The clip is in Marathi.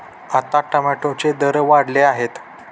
आता टोमॅटोचे दर वाढले आहेत